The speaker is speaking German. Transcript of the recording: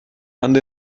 hand